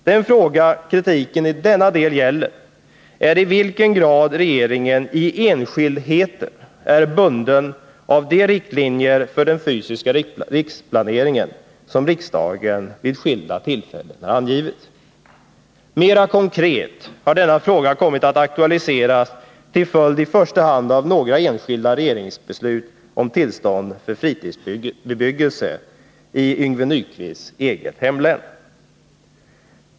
Den fråga kritiken i denna del gäller är i vilken grad regeringen i enskildheter är bunden av de riktlinjer för den fysiska riksplaneringen som riksdagen vid skilda tillfällen angivit. Mera konkret har denna fråga kommit att aktualiseras till följd i första hand av några enskilda regeringsbeslut om tillstånd för fritidsbebyggelse i Yngve Nyquists eget hemlän.